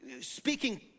speaking